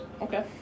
Okay